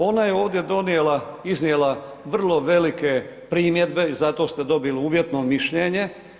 Ona je ovdje donijela, iznijela vrlo velike primjedbe i zato ste dobili uvjetno mišljenje.